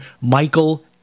Michael